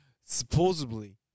supposedly